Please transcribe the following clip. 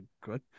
good